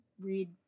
read